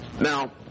Now